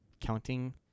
counting